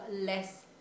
less